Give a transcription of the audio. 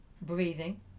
breathing